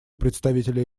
представителя